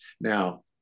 Now